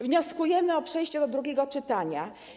Wnioskujemy o przejście do drugiego czytania.